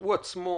הוא בעצמו